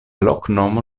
loknomo